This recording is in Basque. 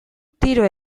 tiro